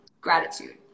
gratitude